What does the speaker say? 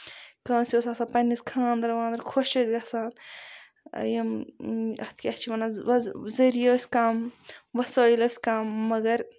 کٲنسہِ اوس آسان پَنٕنِس خاندر واندر خۄش ٲسۍ گژھان یِم اَتھ کیاہ چھِ وَنان ذریعہِ ٲسۍ کَم وَسٲیِل ٲسۍ کَم مَگر